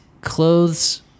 clothes